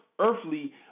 earthly